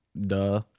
Duh